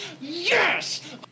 Yes